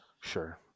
sure